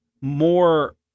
more